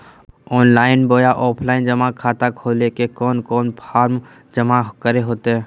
Online बोया offline जमा खाता खोले ले कोन कोन फॉर्म जमा करे होते?